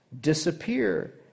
disappear